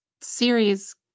series